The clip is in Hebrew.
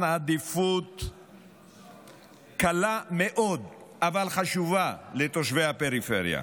עדיפות קלה מאוד אבל חשובה לתושבי הפריפריה.